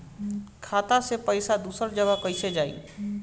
खाता से पैसा दूसर जगह कईसे जाई?